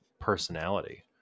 personality